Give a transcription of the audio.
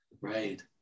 right